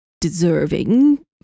deserving